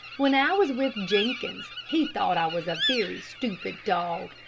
when i was with jenkins he thought i was a very stupid dog.